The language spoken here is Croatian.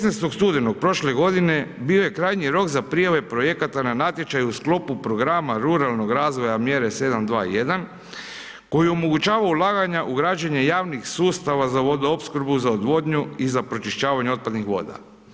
16. studenog prošle godine bio je krajnji rok za prijave projekata na natječaju u sklopu programa ruralnog razvoja mjere 721. koji omogućava ulaganja u građenje javnih sustava za vodoopskrbu, za odvodnju i za pročišćavanje otpadnih voda.